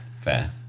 Fair